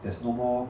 there's no more